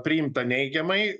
priimta neigiamai